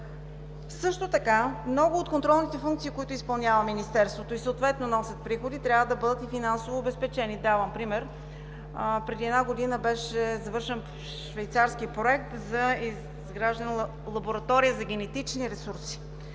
Също така много от контролните функции, които изпълнява Министерството и съответно носят приходи, трябва да бъдат и финансово обезпечени. Давам пример – преди една година беше завършен швейцарски Проект за изграждане на лаборатория за генетични ресурси.